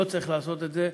לא צריך לעשות את זה.